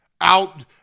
out